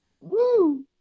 Woo